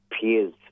peers